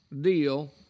deal